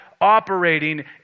operating